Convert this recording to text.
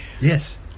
Yes